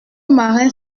marin